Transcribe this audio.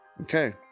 Okay